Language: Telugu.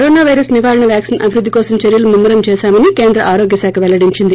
కరోనా పైరస్ నివారణ వ్యాక్సిన్ అభివృద్ది కోసం చర్యలు ముమ్మ రం చేశామని కేంద్ర ఆరోగ్య శాఖ పెల్లడించింది